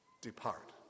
depart